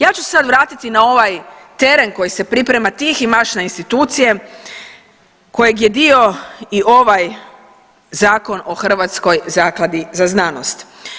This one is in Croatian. Ja ću sad vratiti na ovaj teret koji se priprema tihi marš na institucije, kojeg je dio i ovaj Zakon o Hrvatskoj zakladi za znanost.